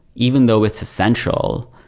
even though it's essential,